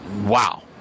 wow